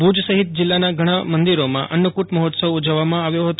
ભુજ સહિત જીલ્લાના ઘણા મંદિરોમાં અન્નકુટ મહોત્વસ ઉજવવામાં આવ્યો હતો